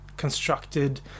constructed